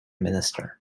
minister